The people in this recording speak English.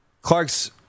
Clark's